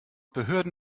behörden